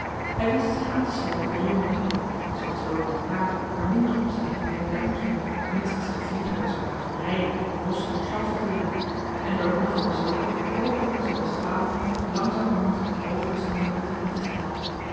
hij wist zich aan te sluiten bij jonge lieden die zooals lodewijk blaek er minder op zagen met wie zij omgingen mits het slechts liefhebbers waren van rijden rossen en geld verteren en door middel van dezulken hoopte onze westfalinger langzamerhand met hooger standen in betrekking te geraken